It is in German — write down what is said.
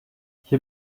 hier